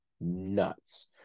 nuts